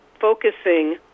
focusing